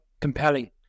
compelling